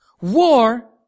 War